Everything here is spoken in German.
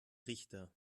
richter